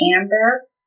Amber